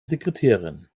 sekretärin